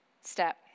step